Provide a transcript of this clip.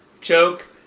Choke